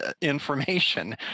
information